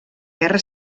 guerra